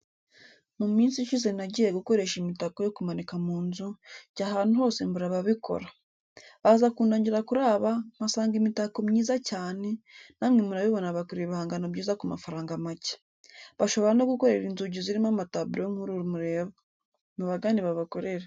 Mu minsi ishize nagiye gukoresha imitako yo kumanika mu nzu, njya ahantu hose mbura ababikora. Baza kundangira kuri aba, mpasanga imitako myiza cyane, namwe murabibona bakora ibihangano byiza ku mafaranga make. Bashobora no kugukorera inzugi zirimo amataburo nk'uru mureba. Mubagane babakorere.